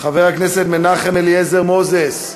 חבר הכנסת מנחם אליעזר מוזס,